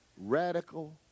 Radical